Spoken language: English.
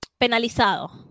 penalizado